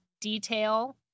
detail